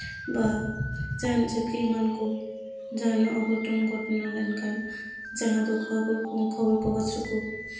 ᱵᱟ ᱡᱟᱦᱟᱱᱟᱜ ᱪᱟᱹᱠᱨᱤ ᱮᱢᱟᱱ ᱠᱚ ᱡᱟᱦᱟᱱᱟᱜ ᱚᱜᱷᱚᱴᱚᱱ ᱜᱷᱚᱴᱟᱣ ᱞᱮᱱᱠᱷᱟᱱ ᱡᱟᱦᱟᱸ ᱫᱚ ᱠᱷᱚᱵᱚᱨ ᱠᱟᱜᱚᱡᱽ ᱨᱮᱠᱚ